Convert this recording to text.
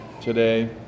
today